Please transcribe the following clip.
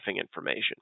information